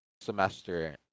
semester